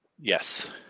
Yes